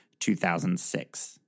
2006